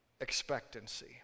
expectancy